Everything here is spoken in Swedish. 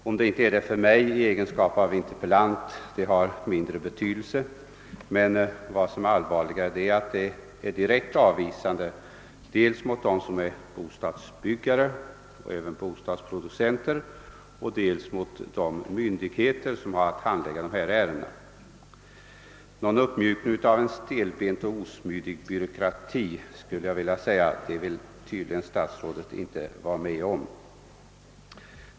Att det inte är det för mig i egenskap av interpellant har visserligen mindre betydelse, men vad som är allvarligare är att det är direkt avvisande dels mot dem som är bostadsbyggare — och även bostadsproducenter — dels mot de myndigheter som har att handlägga dessa ärenden. Någon uppmjukning av en stelbent och osmidig byråkrati vill statsrådet tydligen inte vara med om.